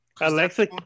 Alexa